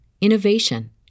innovation